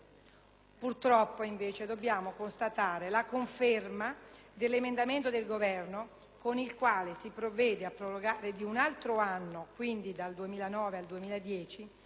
Purtroppo, invece, dobbiamo constatare la conferma dell'emendamento del Governo con il quale si provvede a prorogare di un altro anno (dal 2009 al 2010)